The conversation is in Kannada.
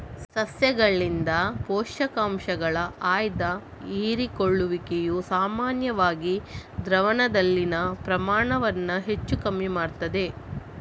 ಸಸ್ಯಗಳಿಂದ ಪೋಷಕಾಂಶಗಳ ಆಯ್ದ ಹೀರಿಕೊಳ್ಳುವಿಕೆಯು ಸಾಮಾನ್ಯವಾಗಿ ದ್ರಾವಣದಲ್ಲಿನ ಪ್ರಮಾಣವನ್ನ ಹೆಚ್ಚು ಕಮ್ಮಿ ಮಾಡ್ತದೆ